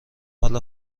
حال